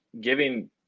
giving